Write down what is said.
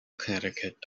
connecticut